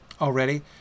already